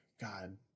god